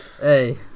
Hey